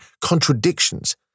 contradictions